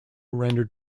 rendered